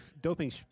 doping